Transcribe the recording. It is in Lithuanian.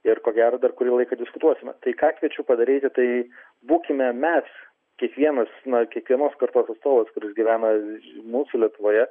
ir ko gero dar kurį laiką diskutuosime tai ką kviečiu padaryti tai būkime mes kiekvienas na kiekvienos kartos atstovas kuris gyvena mūsų lietuvoje